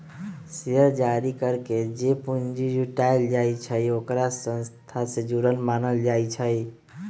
share जारी करके जे पूंजी जुटाएल जाई छई ओकरा संस्था से जुरल मानल जाई छई